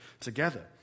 together